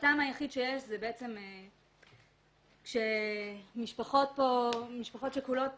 העובדה שמשפחות שכולות